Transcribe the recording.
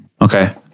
Okay